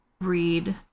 read